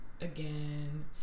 again